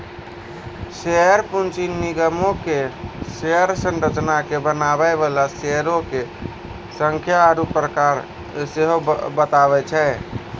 share पूंजी निगमो के शेयर संरचना के बनाबै बाला शेयरो के संख्या आरु प्रकार सेहो बताबै छै